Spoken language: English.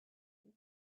him